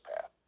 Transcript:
path